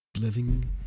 living